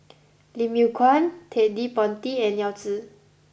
Lim Yew Kuan Ted De Ponti and Yao Zi